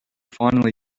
finally